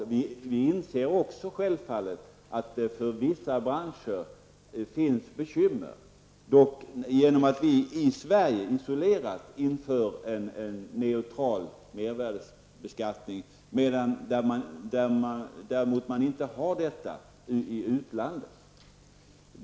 Självfallet inser också vi i folkpartiet liberalerna att det finns bekymmer för vissa branscher eftersom vi i Sverige isolerat har infört en neutral mervärdebeskattning när man inte har detta i utlandet.